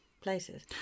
places